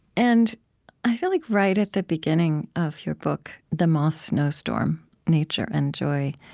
and i feel like, right at the beginning of your book, the moth snowstorm nature and joy,